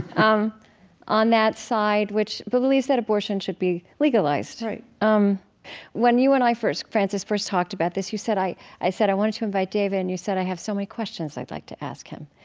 um on that side, which but believes that abortion should be legalized right um when you and i first, frances, first talked about this you said i i said i wanted to invite david. and you said, i have so many questions i'd like to ask him.